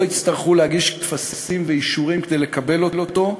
לא יצטרכו להגיש טפסים ואישורים כדי לקבל אותו,